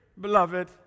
beloved